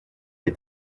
est